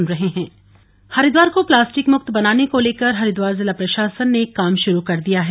plastic ban Haridwar को plastic मुक्त बनाने को लेकर हरिद्वार जिला प्रशासन ने काम शुरू कर दिया है